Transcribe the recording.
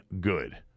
good